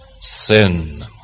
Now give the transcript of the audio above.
sin